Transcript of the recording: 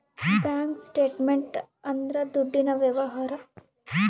bank statement ಅಂದ್ರ ದುಡ್ಡಿನ ವ್ಯವಹಾರ